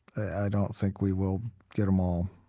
i don't think we will get em all.